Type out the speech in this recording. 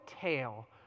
tail